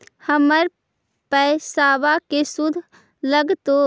हमर पैसाबा के शुद्ध लगतै?